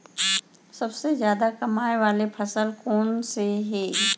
सबसे जादा कमाए वाले फसल कोन से हे?